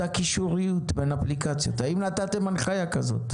אותה קישוריות בין אפליקציות האם נתתם הנחייה כזאת?